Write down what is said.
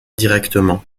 directement